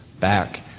back